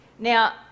Now